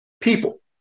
people